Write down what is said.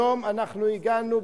היום הגענו,